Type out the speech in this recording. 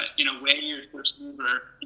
ah in a way your first mover